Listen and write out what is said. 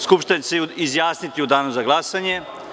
Skupština će se izjasniti u danu za glasanje.